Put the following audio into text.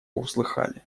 услыхали